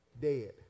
dead